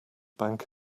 bank